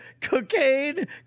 cocaine